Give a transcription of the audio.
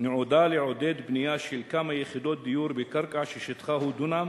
נועדה לעודד בנייה של כמה יחידות דיור בקרקע ששטחה הוא דונם